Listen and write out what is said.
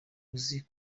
uzi